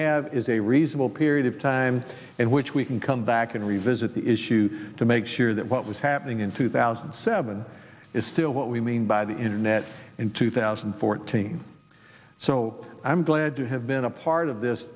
have is a reasonable period of time in which we can come back and revisit the issue to make sure that what was happening in two thousand and seven is still what we mean by the internet in two thousand and fourteen so i'm glad to have been a part of this